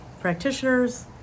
practitioners